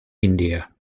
india